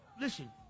Listen